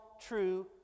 true